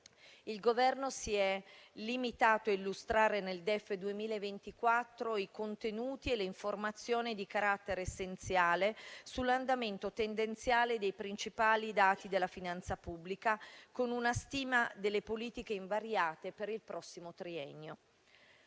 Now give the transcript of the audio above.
Il Governo si è limitato a illustrare nel DEF 2024 i contenuti e le informazioni di carattere essenziale sull'andamento tendenziale dei principali dati della finanza pubblica, con una stima delle politiche invariate per il prossimo triennio.